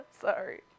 Sorry